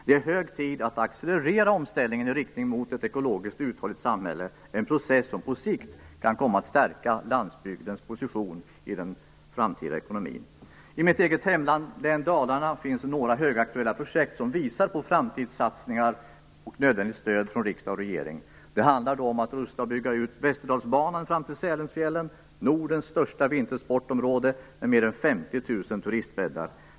Det är hög tid att accelerera omställningen i riktning mot ett ekologiskt uthålligt samhälle - en process som på sikt kan komma att stärka landsbygdens position i den framtida ekonomin. I mitt eget hemlän Dalarna finns några högaktuella projekt som visar på framtidssatsningar med nödvändigt stöd från riksdag och regering. Det handlar om att rusta upp och bygga ut Västerdalsbanan fram till Sälenfjällen, Nordens största vintersportområde med mer än 50 000 turistbäddar.